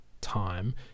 time